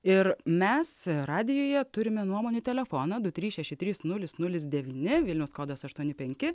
ir mes radijuje turime nuomonių telefoną du trys šeši trys nulis nulis devyni vilniaus kodas aštuoni penki